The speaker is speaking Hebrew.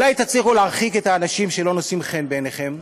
אולי תצליחו להרחיק את האנשים שלא נושאים חן בעיניכם,